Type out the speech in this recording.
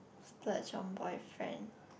splurge on boyfriend